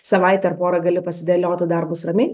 savaitę ar porą gali pasidėliotu darbus ramiai